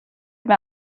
mir